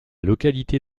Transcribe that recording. localité